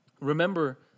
remember